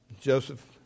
Joseph